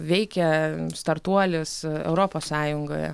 veikia startuolis europos sąjungoje